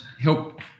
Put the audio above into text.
help